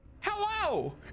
Hello